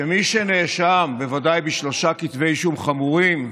שמי שנאשם, בוודאי בשלושה כתבי אישום חמורים,